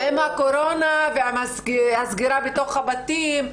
עם הקורונה ועם הסגירה בתוך הבתים,